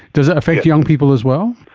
does it affect young people as well?